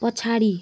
पछाडि